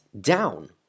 down